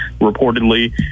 reportedly